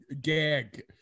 gag